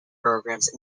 programs